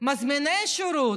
מזמיני שירות,